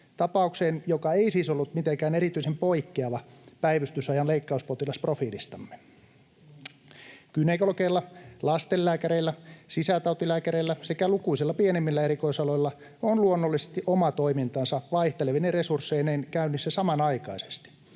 tapaukseen, joka ei siis ollut mitenkään erityisen poikkeava päivystysajan leikkauspotilasprofiilistamme. Gynekologeilla, lastenlääkäreillä, sisätautilääkäreillä sekä lukuisilla pienemmillä erikoisaloilla on luonnollisesti oma toimintansa vaihtelevine resursseineen käynnissä samanaikaisesti,